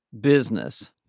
business